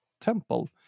temple